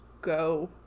go